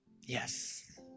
yes